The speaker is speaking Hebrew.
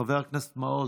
חבר הכנסת מעוז,